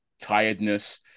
Tiredness